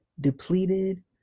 depleted